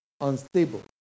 unstable